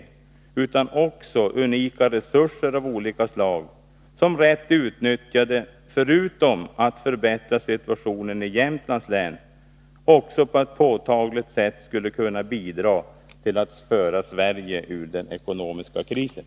Där finns också unika resurser av olika slag som, rätt utnyttjade, förutom att förbättra situationen i Jämtlands län också på ett påtagligt sätt skulle kunna bidra till att föra Sverige ur den ekonomiska krisen.